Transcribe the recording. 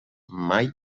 mai